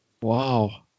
Wow